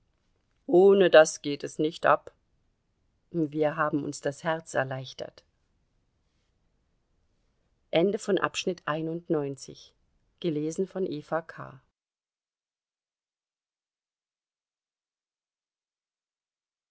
ohne das geht es nicht ab wir haben uns das herz erleichtert